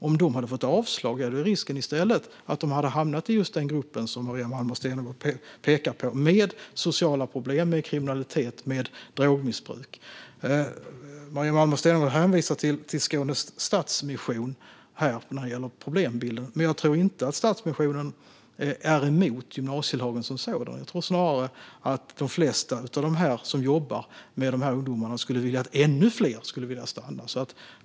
Om de hade fått avslag hade risken i stället varit att de hade hamnat i just den grupp som Maria Malmer Stenergard pekar på, med sociala problem, med kriminalitet, med drogmissbruk. Maria Malmer Stenergard hänvisar till Skåne Stadsmission när det gäller problembilden, men jag tror inte att Stadsmissionen är emot gymnasielagen som sådan. Jag tror snarare att de flesta som jobbar med dessa ungdomar vill att ännu fler ska få stanna.